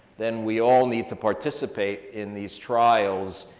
then we all need to participate in these trials,